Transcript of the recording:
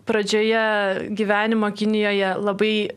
pradžioje gyvenimo kinijoje labai